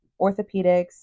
orthopedics